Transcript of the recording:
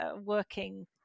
working